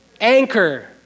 anchor